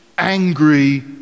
angry